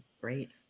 great